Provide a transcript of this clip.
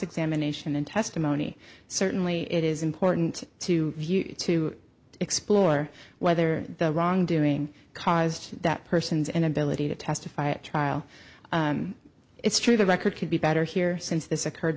examination and testimony certainly it is important to view to explore whether the wrongdoing caused that person's inability to testify at trial it's true the record could be better here since this occurred